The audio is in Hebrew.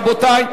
רבותי,